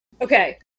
Okay